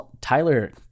Tyler